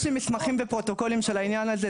יש לי מסמכים ופרוטוקולים של העניין הזה.